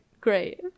Great